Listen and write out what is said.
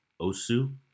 Osu